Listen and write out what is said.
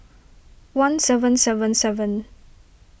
one seven seven seven